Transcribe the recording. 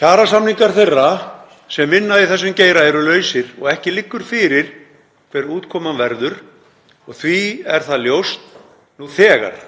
Kjarasamningar þeirra sem vinna í þessum geira eru lausir og ekki liggur fyrir hver útkoman verður og því er það ljóst nú þegar